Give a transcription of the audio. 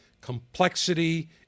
complexity